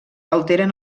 alteren